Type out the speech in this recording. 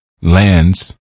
lands